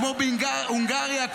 כמו בהונגריה,